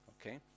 Okay